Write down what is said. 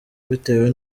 bitewe